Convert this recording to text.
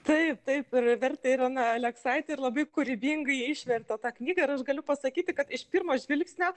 taip taip vertė irena aleksaitė ir labai kūrybingai išvertė tą knygą ir aš galiu pasakyti kad iš pirmo žvilgsnio